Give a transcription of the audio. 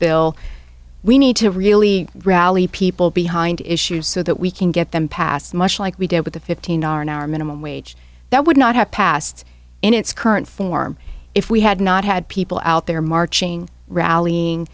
bill we need to really rally people behind issues so that we can get them passed much like we did with the fifteen an hour minimum wage that would not have passed in its current form if we had not had people out there marching rallying